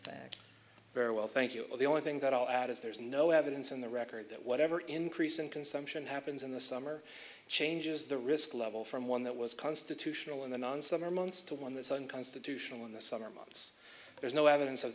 that very well thank you the only thing that i'll add is there's no evidence in the record that whatever increase in consumption happens in the summer changes the risk level from one that was constitutional in the non summer months to one that's unconstitutional in the summer months there's no evidence of